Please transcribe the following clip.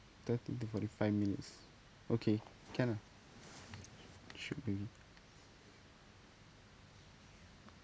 thirty to forty five minutes okay can ah should be